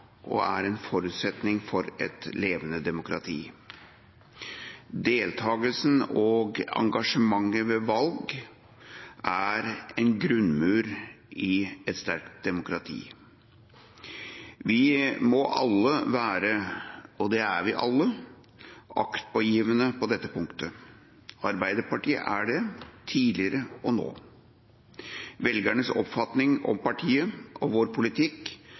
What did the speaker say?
en grunnmur i et sterkt demokrati. Vi må alle være aktpågivende på dette punktet – og det er vi alle. Arbeiderpartiet er det – tidligere og nå. Velgernes oppfatning av partiet og vår politikk